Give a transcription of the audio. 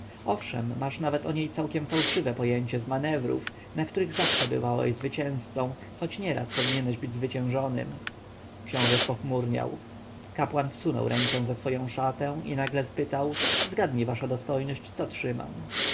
owszem masz nawet o niej całkiem fałszywe pojęcie z manewrów na których zawsze bywałeś zwycięzcą choć nieraz powinieneś być zwyciężonym książę spochmurniał kapłan wsunął rękę za swoją szatę i nagle spytał zgadnij wasza dostojność co trzymam